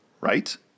Right